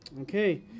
Okay